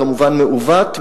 הוא כמובן מעוּות,